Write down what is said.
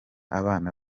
abana